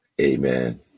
amen